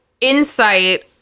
insight